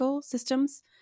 systems